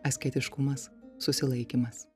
asketiškumas susilaikymas